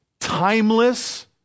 timeless